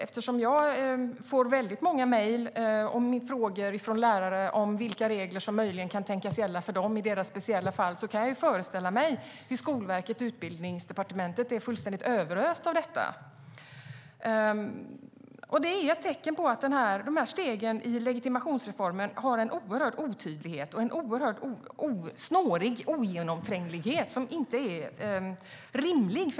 Eftersom jag får många mejl och frågor från lärare om vilka regler som möjligen kan tänkas gälla för dem i deras speciella fall, kan jag föreställa mig hur Skolverket och Utbildningsdepartementet är fullständigt överöst av frågor. Detta är ett tecken på att stegen i legitimationsreformen är oerhört otydliga, snåriga, ogenomträngliga och inte rimliga.